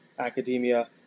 academia